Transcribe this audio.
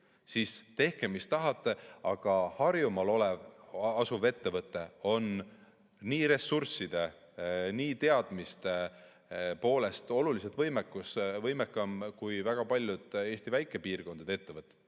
siis tehke mis tahate, aga Harjumaal asuv ettevõte on nii ressursside kui ka teadmiste poolest oluliselt võimekam kui väga paljud Eesti väikepiirkondade ettevõtted.